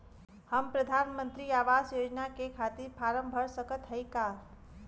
हम प्रधान मंत्री आवास योजना के खातिर फारम भर सकत हयी का?